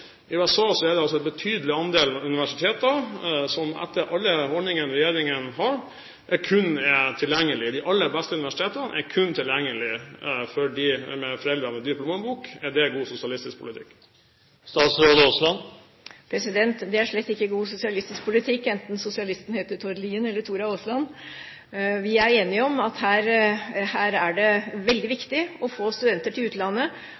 I USA er det en betydelig andel av de aller beste universitetene, som etter alle ordningene regjeringen har, kun er tilgjengelige for dem med foreldre med dyp lommebok. Er det god sosialistisk politikk? Det er slett ikke god sosialistisk politikk, enten sosialisten heter Tord Lien eller Tora Aasland. Vi er enige om at her er det veldig viktig å få studenter til utlandet.